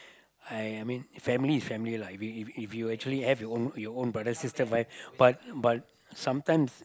I mean family is family lah if you if you actually have your your own brothers or sisters why but but sometimes